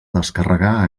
descarregar